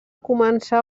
començar